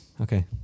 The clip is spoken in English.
Okay